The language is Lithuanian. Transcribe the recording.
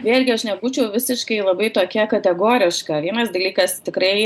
vėlgi aš nebūčiau visiškai labai tokia kategoriška vienas dalykas tikrai